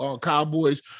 cowboys